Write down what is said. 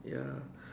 ya